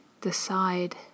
decide